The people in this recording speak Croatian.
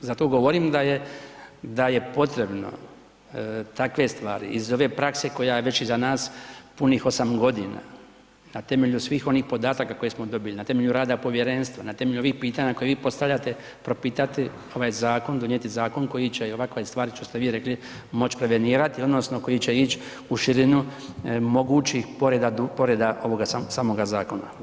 Zato govorim da je potrebno takve stvari iz ove prakse koja je već iza nas punih 8 godina na temelju svih onih podataka koje smo dobili, na temelju rada Povjerenstva, na temelju ovih pitanja koje vi postavljate propitati ovaj zakon, donijeti zakon koji će i ovakve stvari koje ste vi rekli moći prevenirati odnosno koji će ići u širinu mogućih poreda ovoga samoga zakona.